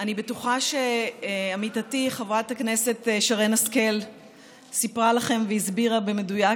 אני בטוחה שעמיתתי חברת הכנסת שרן השכל סיפרה לכם והסבירה במדויק